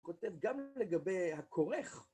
כותב גם לגבי הכורך